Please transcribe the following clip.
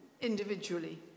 individually